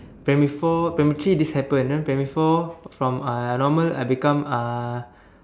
primary four primary three this happened then primary four from uh normal I become uh